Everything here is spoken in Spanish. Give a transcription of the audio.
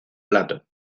plato